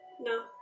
No